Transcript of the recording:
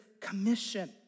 commission